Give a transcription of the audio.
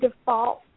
default